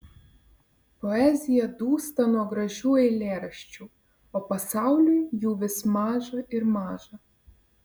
poezija dūsta nuo gražių eilėraščių o pasauliui jų vis maža ir maža